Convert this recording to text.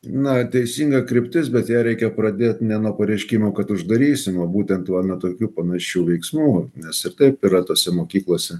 na teisinga kryptis bet ją reikia pradėt ne nuo pareiškimų kad uždarysim o būtent va nuo tokių panašių veiksmų nes ir taip yra tose mokyklose